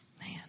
Man